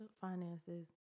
finances